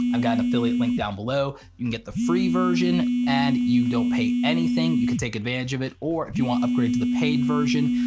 i've got an affiliate link down below, you can get the free version and you don't pay anything, you could take advantage of it or if you want to upgrade to the paid version,